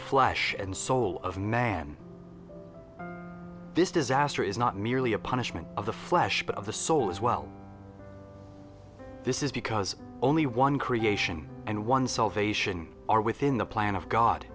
flesh and soul of man this disaster is not merely a punishment of the flesh but of the soul as well this is because only one creation and one salvation are within the plan of god